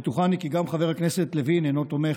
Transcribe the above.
בטוחני כי גם חבר הכנסת לוין אינו תומך